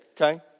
okay